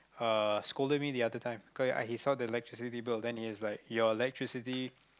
uh scolded me the other time cause I he saw the electricity bill and then he was like your electricity